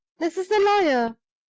this is the lawyer.